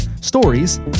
stories